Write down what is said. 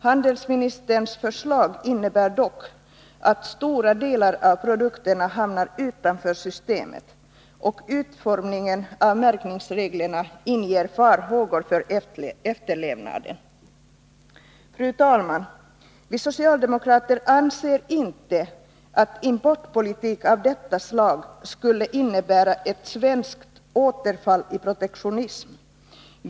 Handelsministerns förslag innebär dock att stora delar av produkterna hamnar utanför systemet, och utformningen av märkningsreglerna inger farhågor för efterlevnaden. Fru talman! Vi socialdemokrater anser inte att importpolitik av detta slag skulle innebära ett svenskt återfall i protektionism.